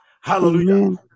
Hallelujah